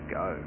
go